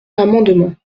l’amendement